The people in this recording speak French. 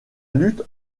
lutte